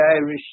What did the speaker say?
Irish